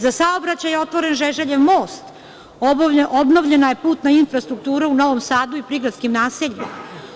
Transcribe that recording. Za saobraćaj je otvoren Žeželjev most, obnovljena je putna infrastruktura u Novom Sadu i prigradskim naseljima.